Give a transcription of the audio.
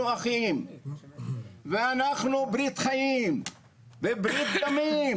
אחים ואנחנו ברית חיים וברית דמים,